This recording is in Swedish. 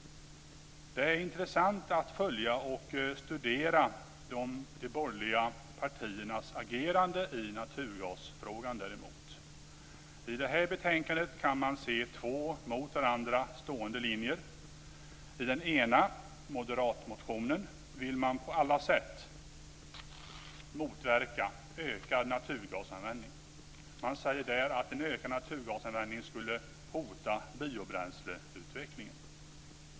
Det är intressant att följa och studera de borgerliga partiernas agerande i naturgasfrågan. I det här betänkandet kan man se två mot varandra stående linjer. I den ena moderatmotionen vill man på alla sätt motverka ökad naturgasanvändning. Man säger där att en ökad naturgasanvändning skulle hota biobränsleutvecklingen.